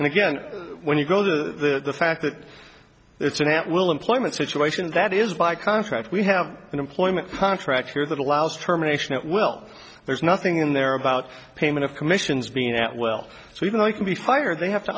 and again when you go to the fact that it's an at will employment situation that is by contract we have an employment contract here that allows terminations well there's nothing in there about payment of commissions being out well so even though you can be fired they have to